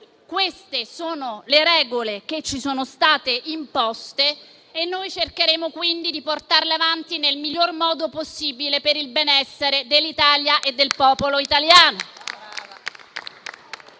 queste sono le regole che ci sono state imposte. Noi cercheremo quindi di portarle avanti nel miglior modo possibile per il benessere dell'Italia e del popolo italiano.